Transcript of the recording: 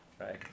right